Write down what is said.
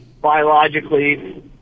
biologically